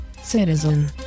citizen